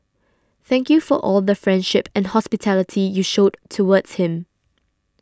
thank you all for the friendship and hospitality you showed towards him